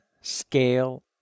scale